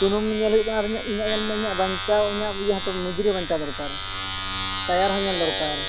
ᱥᱩᱱᱩᱢ ᱧᱮᱞ ᱦᱩᱭᱩᱜ ᱠᱟᱱᱟ ᱟᱨ ᱤᱧᱟᱹᱜ ᱧᱮᱞ ᱢᱮ ᱤᱧᱟᱹᱜ ᱵᱟᱧᱪᱟᱣ ᱤᱧᱟᱹᱜ ᱤᱭᱟᱹ ᱦᱚᱛᱚ ᱢᱩᱡᱩᱨᱤ ᱵᱟᱧᱪᱟᱣ ᱫᱚᱨᱠᱟᱨ ᱴᱟᱭᱟᱨ ᱦᱚᱸ ᱧᱮᱞ ᱫᱚᱨᱠᱟᱨ